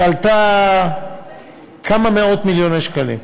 שעלתה כמה מאות-מיליוני שקלים,